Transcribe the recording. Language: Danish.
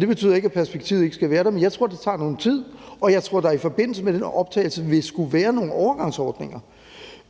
det betyder ikke, at perspektivet ikke skal være der, men jeg tror, det tager noget tid, og jeg tror, at der i forbindelse med den optagelse vil skulle være nogle overgangsordninger,